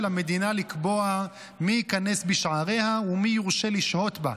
המדינה לקבוע מי ייכנס בשעריה ומי יורשה לשהות בה,